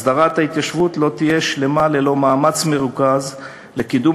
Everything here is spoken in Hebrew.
הסדרת ההתיישבות לא תהיה שלמה ללא מאמץ מרוכז לקידום